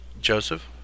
joseph